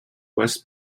west